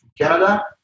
Canada